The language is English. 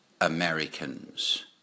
Americans